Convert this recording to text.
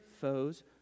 foes